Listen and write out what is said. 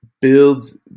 builds